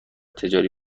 تجاری